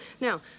Now